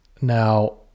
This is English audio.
Now